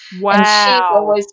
Wow